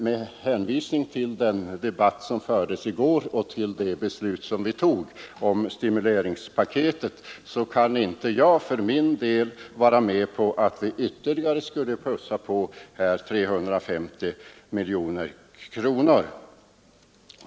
Det skulle se ganska underligt ut om vi efter gårdagens beslut om stimulanspaketet skulle fatta ett sådant beslut i kammaren i dag och således plussa på ytterligare 350 miljoner.